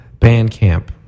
Bandcamp